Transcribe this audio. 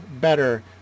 better